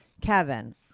kevin